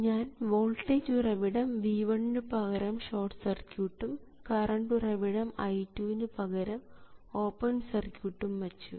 ഞാൻ വോൾട്ടേജ് ഉറവിടം V1 നു പകരം ഷോർട്ട് സർക്യൂട്ടും കറണ്ട് ഉറവിടം I2 നു പകരം ഓപ്പൺ സർക്യൂട്ടും വച്ചു